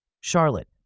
Charlotte